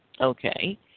Okay